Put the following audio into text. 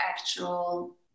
actual